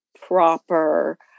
proper